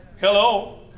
Hello